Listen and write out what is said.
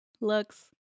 looks